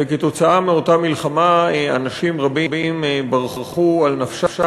וכתוצאה מאותה מלחמה אנשים רבים ברחו על נפשם,